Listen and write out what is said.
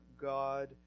God